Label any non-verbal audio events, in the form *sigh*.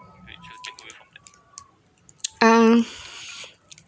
*noise* um